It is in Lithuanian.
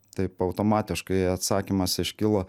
taip automatiškai atsakymas iškilo